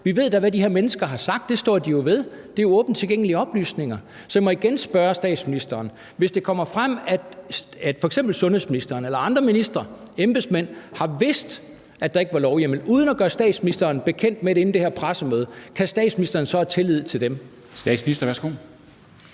Vi ved da, hvad de her mennesker har sagt. Det står de jo ved. Det er tilgængelige oplysninger. Så jeg må igen spørge statsministeren: Hvis det kommer frem, at f.eks. sundhedsministeren eller andre ministre eller embedsmænd har vidst, at der ikke var lovhjemmel uden at gøre statsministeren bekendt med det inden det her pressemøde, kan statsministeren så have tillid til dem? Kl. 13:43 Formanden